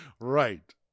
right